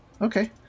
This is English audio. okay